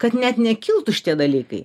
kad net nekiltų šitie dalykai